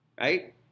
right